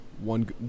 one